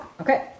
Okay